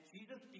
Jesus